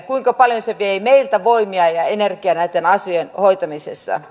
kuinka paljon vei meiltä voimia ja energiaa näitten asioiden hoitaminen